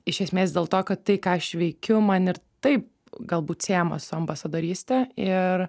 iš esmės dėl to kad tai ką aš veikiu man ir taip galbūt siejama su ambasadoryste ir